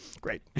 great